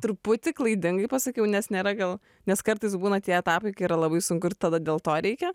truputį klaidingai pasakiau nes nėra gal nes kartais būna tie etapai kai yra labai sunku ir tada dėl to reikia